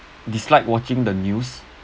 dislike watching the news